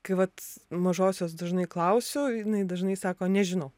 kai vat mažosios dažnai klausiu jinai dažnai sako nežinau